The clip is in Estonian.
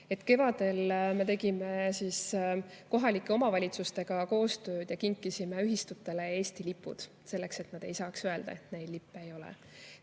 Kevadel me tegime kohalike omavalitsustega koostööd ja kinkisime ühistutele Eesti lipud, et nad ei saaks öelda, et neil lippu ei ole.